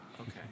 Okay